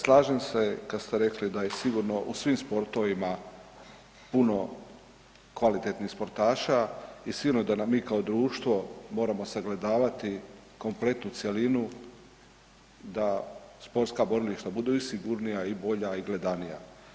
Poštovani zastupniče slažem se kad ste rekli da je sigurno u svim sportovima puno kvalitetnih sportaša i sigurno da mi kao društvo moramo sagledavati kompletnu cjelinu da sportska borilišta budu i sigurnija i bolja i gledanija.